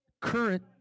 Current